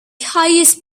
highest